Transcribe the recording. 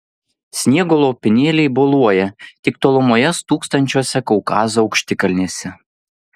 sniego lopinėliai boluoja tik tolumoje stūksančiose kaukazo aukštikalnėse